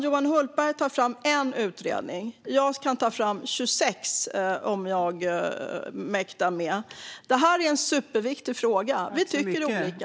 Johan Hultberg tar fram en utredning. Jag kan ta fram 26 utredningar om jag mäktar med det. Detta är en superviktig fråga. Vi tycker olika.